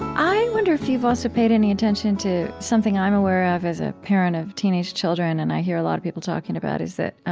i wonder if you've also paid any attention to something i'm aware of as a parent of teenage children, and i hear a lot of people talking about it, is that